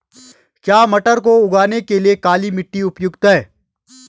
क्या मटर को उगाने के लिए काली मिट्टी उपयुक्त है?